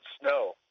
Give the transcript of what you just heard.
snow